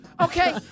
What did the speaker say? Okay